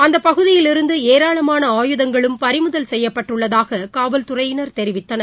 அந்தபகுதியிலிருந்துஏராளமான ஆயுதங்களும் பறிமுதல் செய்யப்பட்டுள்ளதாககாவல்துறையினா் தெரிவித்தனர்